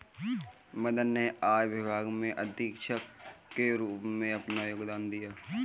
मदन ने आयकर विभाग में अधीक्षक के रूप में अपना योगदान दिया